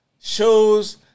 shows